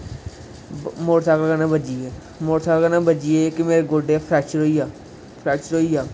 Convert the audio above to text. motor cycle कन्नै बज्जी गे मोटर साइकल कन्नै बज्जी गे इक मेरे गोड़े फ्रक्चर होई गेआ फ्रक्चर होई गेआ